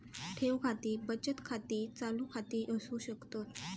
ठेव खाती बचत खाती, चालू खाती असू शकतत